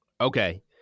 Okay